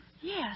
Yes